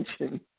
attention